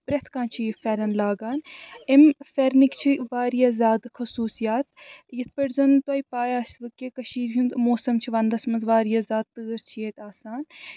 پرٛٮ۪تھ کانٛہہ چھِ یہِ پھٮ۪رَن لاگان اَمہِ پھٮ۪رنٕکۍ چھِ واریاہ زیادٕ خصوٗصیات یِتھ پٲٹھۍ زَن تۄہہِ پَے آسِوٕ کہِ کٔشیٖرِ ہُنٛد موسَم چھُ وَندَس منٛز واریاہ زیادٕ تۭر چھِ ییٚتہِ آسان